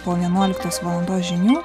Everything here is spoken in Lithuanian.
po vienuoliktos valandos žinių